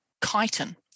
chitin